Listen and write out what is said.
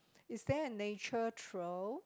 is there a nature trail